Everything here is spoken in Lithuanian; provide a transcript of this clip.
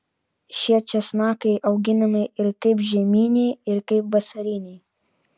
šie česnakai auginami ir kaip žieminiai ir kaip vasariniai